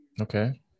Okay